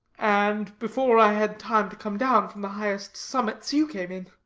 and before i had time to come down from the highest summits, you came in.